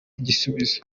igisubizo